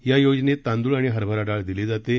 या योजनेत तांदूळ आणि हरभरा डाळ दिली जाते